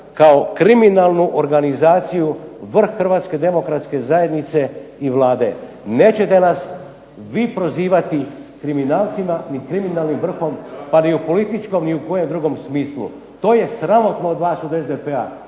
kao kriminalnu organizaciju vrh HDZ-a i Vlade. Nećete nas vi prozivati kriminalcima ni kriminalnim vrhom pa ni u političkom ni u kojem drugom smislu. To je sramotno od vas od SDP-a.